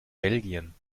belgien